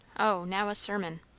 o, now a sermon!